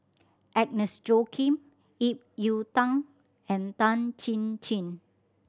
Agnes Joaquim Ip Yiu Tung and Tan Chin Chin